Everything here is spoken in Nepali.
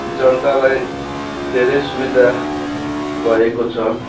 जनतालाई धेरै सुविधा भएको छ